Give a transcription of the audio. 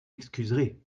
excuserez